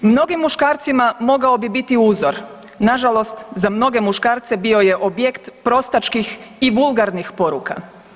Mnogim muškarcima mogao bi biti uzro, nažalost za mnoge muškarce bio je objekt prostačkih i vulgarnih poruka.